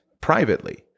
privately